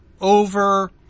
over